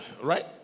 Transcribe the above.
right